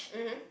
mmhmm